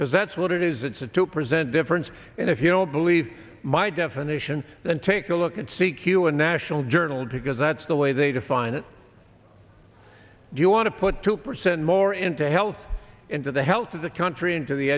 because that's what it is it's a two percent difference and if you don't believe my definition than take a look at c q a national journal because that's the way they define it do you want to put two percent more into health into the health of the country into the